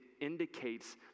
indicates